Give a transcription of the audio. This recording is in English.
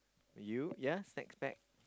you ya snacks pack